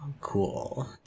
Cool